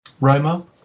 Roma